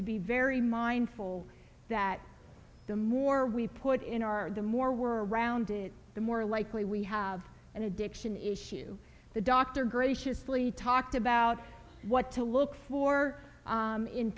to be very mindful that the more we put in our the more were rounded the more likely we have an addiction issue the doctor graciously talked about what to look for